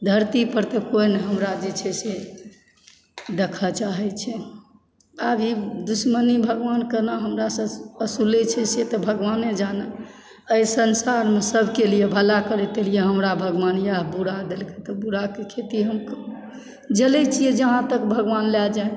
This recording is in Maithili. धरती पर कोई नहि हमरा जे छै से देखऽ चाहै छै आब ई दुश्मनी भगवान केना हमरासँ वसूलै छै से तऽ भगवाने जानै एहि संसारमे सबके लिए भला करैत एलियै हमरा भगवान इएह बुरा देलकै तऽ बुराके खेती हम चलै छियै भगवान हमरा जहाँ तक लऽ जाए